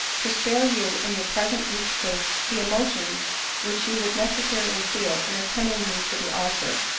to spare you, in your present weak state, the emotion which you would necessarily feel in attending me to the altar,